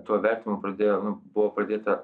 tuomet mum pradėjo buvo pradėta